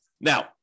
Now